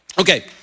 Okay